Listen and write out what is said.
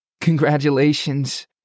Congratulations